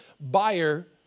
buyer